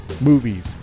movies